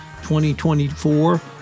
2024